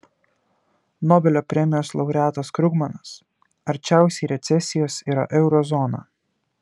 nobelio premijos laureatas krugmanas arčiausiai recesijos yra euro zona